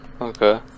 Okay